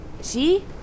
See